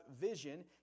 vision